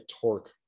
torque